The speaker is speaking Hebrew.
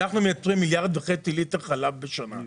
אנחנו מייצרים מיליארד וחצי ליטר חלב בשנה.